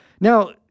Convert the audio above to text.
Now